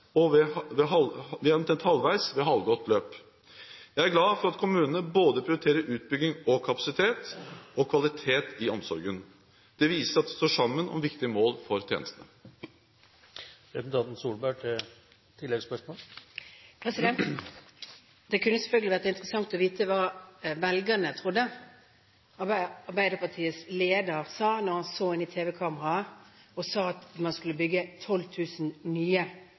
ved halvgått løp. Jeg er glad for at kommunene prioriterer både utbygging av kapasitet og kvalitet i omsorgen. Det viser at vi står sammen om viktige mål for tjenestene. Det kunne selvfølgelig vært interessant å vite hva velgerne trodde da Arbeiderpartiets leder så inn i tv-kameraet og sa at man skulle bygge 12 000 nye